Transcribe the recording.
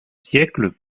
siècles